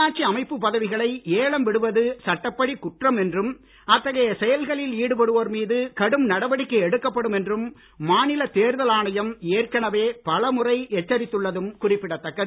உள்ளாட்சி அமைப்பு பதவிகளை ஏலம் விடுவது சட்டப்படி குற்றம் என்றும் அத்தகைய செயல்களில் ஈடுபடுவோர் மீது கடும் நடவடிக்கை எடுக்கப்படும் என்றும் மாநில தேர்தல் ஆணையம் ஏற்கனவே பல முறை எச்சரித்துள்ளதும் குறிப்பிடத்தக்கது